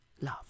Love